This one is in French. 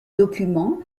documents